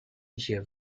一些